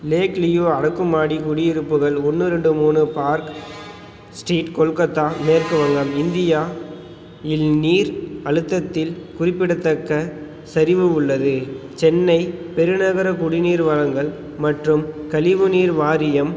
லேக் லியூ அடுக்குமாடி குடியிருப்புகள் ஒன்று ரெண்டு மூணு பார்க் ஸ்ட்ரீட் கொல்கத்தா மேற்கு வங்கம் இந்தியா இல் நீர் அழுத்தத்தில் குறிப்பிடத்தக்க சரிவு உள்ளது சென்னை பெருநகர குடிநீர் வழங்கல் மற்றும் கழிவுநீர் வாரியம்